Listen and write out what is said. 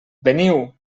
veniu